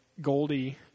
Goldie